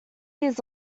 years